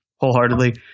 Wholeheartedly